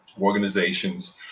organizations